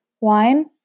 Wine